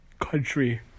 country